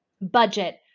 budget